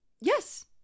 Yes